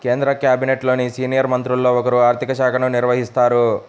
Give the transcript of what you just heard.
కేంద్ర క్యాబినెట్లోని సీనియర్ మంత్రుల్లో ఒకరు ఆర్ధిక శాఖను నిర్వహిస్తారు